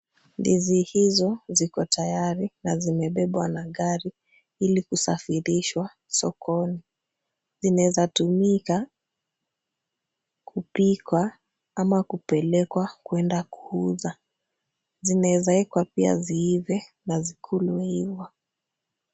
Ndizi hizo ziko tayari na zimebebwa na gari ili kusafirishwa sokoni. Zinaeza tumika kupikwa ama kupelekwa kwenda kuuza. Zinaeza wekwa pia ziive na zikulwe hivyo.